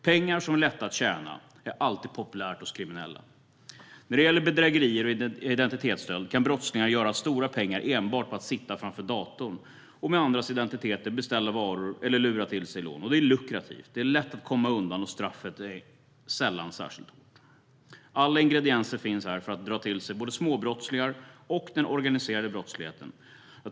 Pengar som är lätta att tjäna är alltid populära hos kriminella. När det gäller bedrägerier och identitetsstöld kan brottslingar göra stora pengar enbart på att sitta framför datorn och med andras identiteter beställa varor eller lura till sig lån. Det är lukrativt, det är lätt att komma undan och straffet är sällan särskilt hårt. Alla ingredienser finns här för att dra till sig både småbrottslingar och den organiserade brottsligheten.